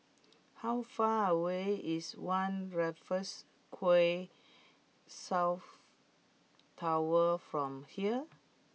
how far away is One Raffles Quay South Tower from here